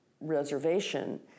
reservation